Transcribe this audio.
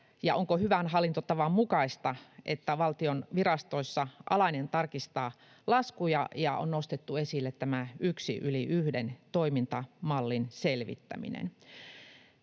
onko hyvän hallintotavan mukaista, että valtion virastoissa alainen tarkistaa laskuja, ja on nostettu esille yksi yli yhden ‑toimintamallin selvittäminen.